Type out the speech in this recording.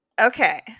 Okay